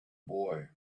boy